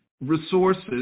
resources